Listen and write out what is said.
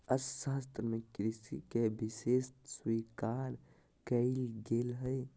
अर्थशास्त्र में कृषि के विशेष स्वीकार कइल गेल हइ